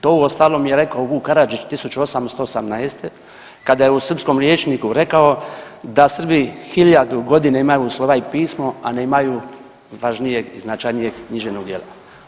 To ostalom je rekao Vuk Karadžić 1818. kada je u srpskom rječniku rekao da Srbi hiljadu godine imaju slova i pismo, a nemaju važnijeg značajnijeg književnog djela.